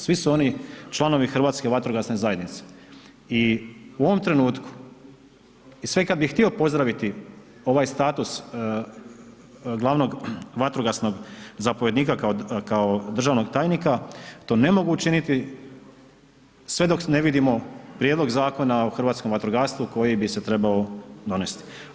Svi su oni članovi Hrvatske vatrogasne zajednice i u ovom trenutku sve i kad bih htio pozdraviti ovaj status glavnog vatrogasnog zapovjednika kao državnog tajnika, to ne mogu učiniti sve dok ne vidimo prijedlog Zakona o hrvatskom vatrogastvu koji bi se trebao donesti.